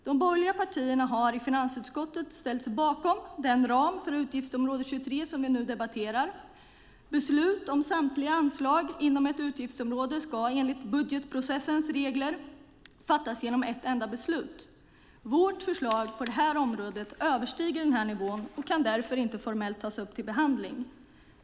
De borgerliga partierna har i finansutskottet ställt sig bakom den ram för utgiftsområde 23 som vi nu debatterar. Beslut om samtliga anslag inom ett utgiftsområde ska enligt budgetprocessens regler fattas genom ett enda beslut. Vårt förslag på det här området överstiger denna nivå och kan därför inte formellt tas upp till behandling.